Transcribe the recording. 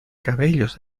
cabellos